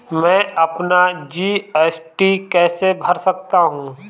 मैं अपना जी.एस.टी कैसे भर सकता हूँ?